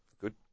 good